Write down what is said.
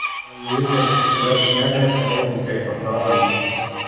gal luisas išsiveš nelę ir parodys jai pasaulį